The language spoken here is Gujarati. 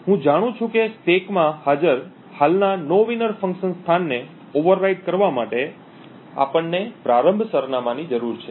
હું જાણું છું કે સ્ટેકમાં હાજર હાલના નોવિનર ફંક્શન સ્થાનને ઓવરરાઇડ કરવા માટે અમને પ્રારંભ સરનામાંની જરૂર છે